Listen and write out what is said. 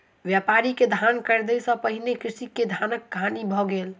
व्यापारी के धान ख़रीदै सॅ पहिने कृषक के धानक हानि भ गेल